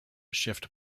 shift